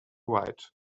write